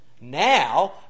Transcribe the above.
Now